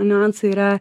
niuansai yra